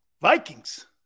Vikings